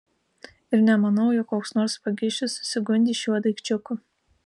ir nemanau jog koks nors vagišius susigundys šiuo daikčiuku